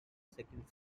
second